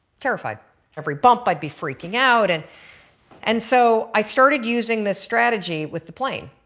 terrified every bump i'd be freaking out. and and so i started using this strategy with the plane,